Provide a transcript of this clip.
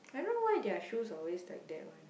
I don't know why their shoes always like that one